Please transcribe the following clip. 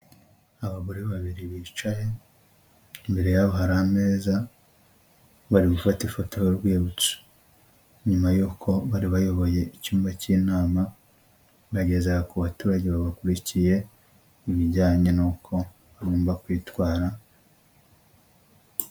Abagore babiri bicaye, imbere yabo hari ameza, bari gufata ifoto y'urwibutso, nyuma y'uko bari bayoboye icyumba cy'inama, bageza ku baturage babakurikiye ibijyanye n'uko bagomba kwitwara.